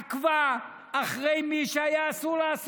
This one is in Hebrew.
עקבה אחרי מי שהיה אסור לה.